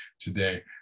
today